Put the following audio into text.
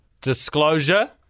Disclosure